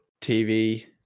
TV